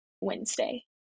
Wednesday